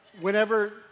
Whenever